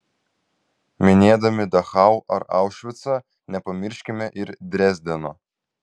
minėdami dachau ar aušvicą nepamirškime ir drezdeno